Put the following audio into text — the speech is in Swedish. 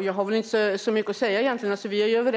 Fru talman! Jag har egentligen inte så mycket mer